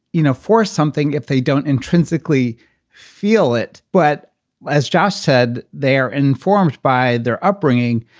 you know, for something if they don't intrinsically feel it. but as josh said, they're informed by their upbringing.